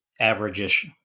average-ish